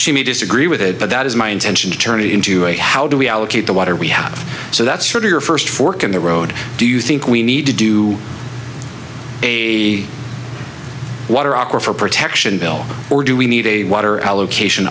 she may disagree with it but that is my intention to turn it into a how do we allocate the water we have so that's your first fork in the road do you think we need to do a water opera for protection bill or do we need a water allocation